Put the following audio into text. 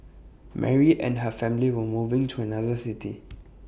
Mary and her family were moving to another city